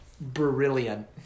Brilliant